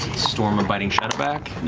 storm of biting shadow back.